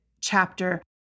chapter